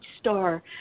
star